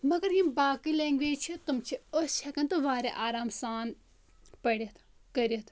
مَگر یِم باقٕے لیٚنٛگویٚج چھِ تم چھِ أسۍ ہٮ۪کان تہٕ واریاہ آرام سان پٔرِتھ کٔرِتھ